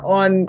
on